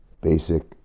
basic